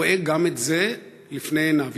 רואה גם את זה לפני עיניו.